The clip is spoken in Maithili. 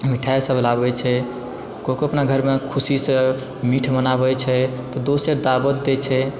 मिठाइ सभ लाबै छै कोइ कोइ अपना घरमे खुशीसँ मीठ बनाबै छै तऽ दोस सभ दावत दै छै